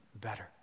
better